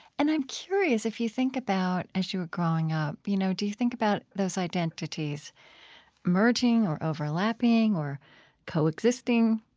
and i'm curious if you think about as you were growing up, you know, do you think about those identities merging or overlapping or coexisting?